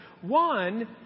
One